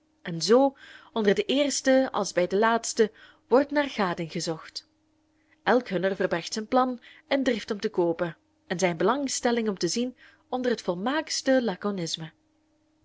en zoo onder de eersten als bij de laatsten wordt naar gading gezocht elk hunner verbergt zijn plan en drift om to koopen en zijne belangstelling om te zien onder het volmaaktste